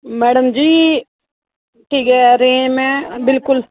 madam ji ठीक ऐ रेम ऐ बिलकुल